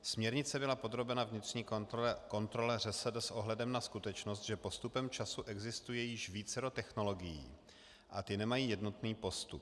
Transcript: Směrnice byla podrobena vnitřní kontrole ŘSD s ohledem na skutečnost, že postupem času existuje již vícero technologií a ty nemají jednotný postup.